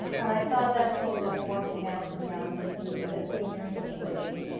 and i thought that's what we were working out, to be honest with you, the senior situation.